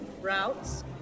routes